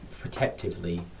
protectively